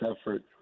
effort